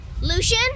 Lucian